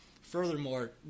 Furthermore